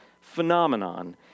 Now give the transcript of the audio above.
phenomenon